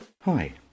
Hi